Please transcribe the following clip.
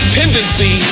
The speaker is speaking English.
tendency